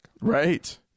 Right